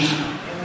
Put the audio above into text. אתה יודע מה,